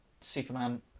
Superman